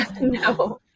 no